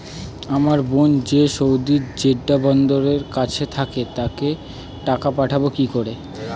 আমার বোন যে সৌদির জেড্ডা বন্দরের কাছে থাকে তাকে টাকা পাঠাবো কি করে?